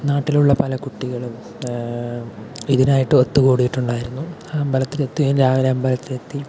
നാട്ടിൽ ഉള്ള പല കുട്ടികളും ഇതിനായിട്ട് ഒത്തുകൂടിയിട്ടുണ്ടായിരുന്നു അമ്പലത്തിൽ എത്തുകയും രാവിലെ അമ്പലത്തിൽ എത്തി